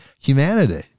humanity